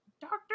doctor